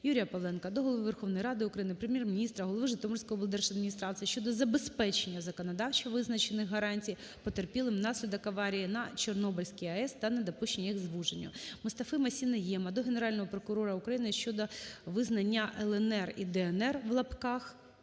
Юрія Павленка до Голови Верховної Ради України, Прем'єр-міністра, голови Житомирської облдержадміністрації щодо забезпечення законодавчо визначених гарантій потерпілим внаслідок аварії на Чорнобильській АЕС та недопущення їх звуженню. Мустафи-Масі Найєма до Генерального прокурора України щодо визнання "ЛНР" і "ДНР" (в лапках)